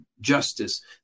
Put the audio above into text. justice